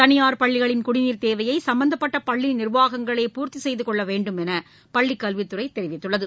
தனியார் பள்ளிகளின் குடிநீர் தேவையை சம்பந்தப்பட்ட பள்ளி நிர்வாகங்களே பூர்த்தி செய்து கொள்ள வேண்டும் என்று பள்ளி கல்வித் துறை தெரிவித்துள்ளது